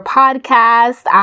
podcast